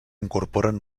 incorporen